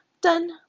Done